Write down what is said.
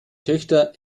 töchter